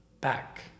back